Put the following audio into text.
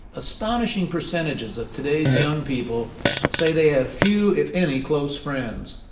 astonishing percentages of today's young people say they have few if any close friends.